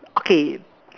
okay